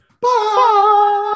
Bye